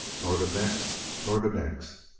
nor the next, nor the next.